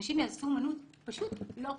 אנשים יעשו אמנות פשוט לא טובה.